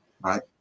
Right